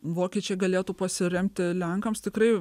vokiečiai galėtų pasiremti lenkams tikrai